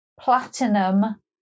platinum